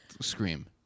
scream